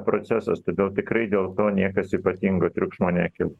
procesas todėl tikrai dėl to niekas ypatingo triukšmo nekel